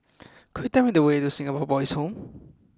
could you tell me the way to Singapore Boys' Home